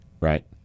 right